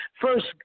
First